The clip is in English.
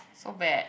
so bad